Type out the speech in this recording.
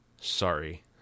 Sorry